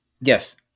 yes